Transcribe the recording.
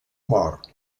mort